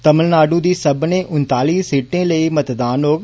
तमिलनाडू दी उनताली सीटें लेई मतदान होग